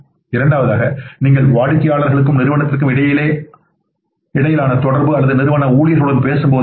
இரண்டாவது நீங்கள் வாடிக்கையாளர்களுக்கும் நிறுவனத்திற்கும் இடையிலான தொடர்பு அல்லது நிறுவன ஊழியர்களுடன் பேசும்போது அமையும்